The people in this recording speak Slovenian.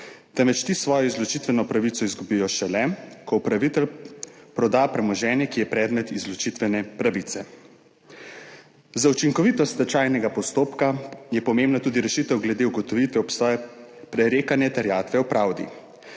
temveč ti svojo izločitveno pravico izgubijo šele, ko upravitelj proda premoženje, ki je predmet izločitvene pravice. Za učinkovitost stečajnega postopka je pomembna tudi rešitev glede ugotovitve obstoja prerekanja terjatve v pravdi.